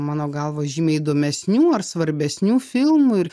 mano galva žymiai įdomesnių ar svarbesnių filmų ir